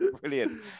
Brilliant